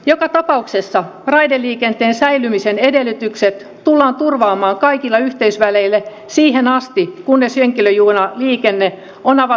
joka tapauksessa raideliikenteen säilymisen edellytykset tullaan turvaamaan kaikilla yhteysväleillä siihen asti kunnes henkilöjunaliikenne on avattu kilpailulle